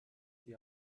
die